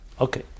Okay